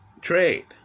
trade